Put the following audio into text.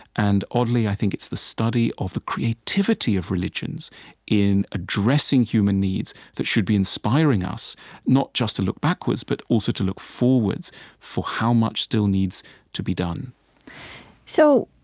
and oddly, i think it's the study of the creativity of religions in addressing human needs that should be inspiring us not just to look backwards, but also to look forwards for how much still needs to be done so,